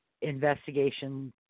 investigation